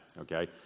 Okay